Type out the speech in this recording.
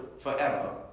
forever